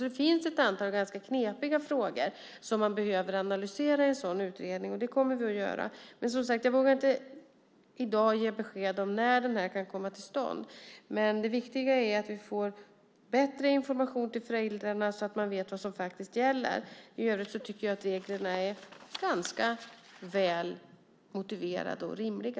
Det finns ett antal ganska knepiga frågor som man behöver analysera i en sådan utredning. Jag vågar inte i dag ge besked om när denna utredning kan komma till stånd. Det viktiga är att vi får bättre information till föräldrarna så att de vet vad som gäller. I övrigt tycker jag att reglerna är ganska väl motiverade och rimliga.